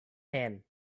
hand